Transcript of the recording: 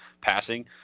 passing